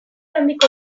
handiko